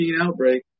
outbreak